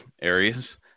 areas